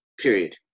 period